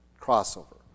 crossover